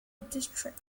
district